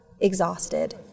exhausted